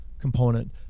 component